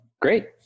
Great